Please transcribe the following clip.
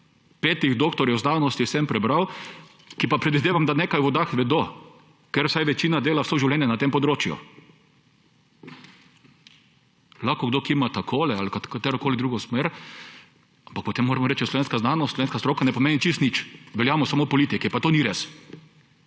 petih doktorjev znanosti sem prebral, ki pa predvidevam, da nekaj o vodah vedo, ker vsaj večina dela vse življenje na tem področju. Lahko kdo kima v to ali v katerokoli drugo smer, ampak potem moramo reči, da slovenska znanost, slovenska stroka ne pomeni čisto nič, veljamo samo politiki. Pa to ni res.